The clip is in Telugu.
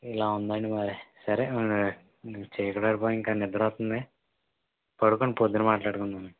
ఇలా ఉందండి మరి సరే చికటయిపోయి ఇంక నిద్రొస్తోంది పడుకోండి పొద్దున్న మాట్లాడుకుందాం